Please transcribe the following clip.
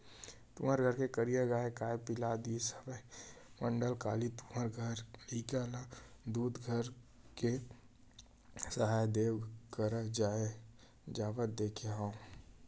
तुँहर घर के करिया गाँय काय पिला दिस हवय मंडल, काली तुँहर घर लइका ल दूद धर के सहाड़ा देव करा जावत देखे हँव?